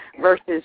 versus